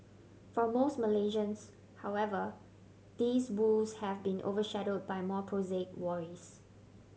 for most Malaysians however these woes have been overshadowed by more prosaic worries